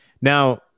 now